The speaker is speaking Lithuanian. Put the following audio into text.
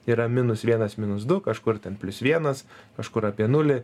yra minus vienas minus du kažkur ten plius vienas kažkur apie nulį